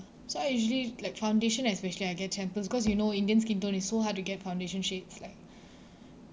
so I usually like foundation especially I get samples because you know indian skin tone is so hard to get foundation shades like